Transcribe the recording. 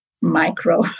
micro